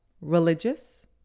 religious